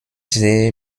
sehe